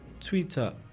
Twitter